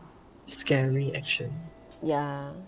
ya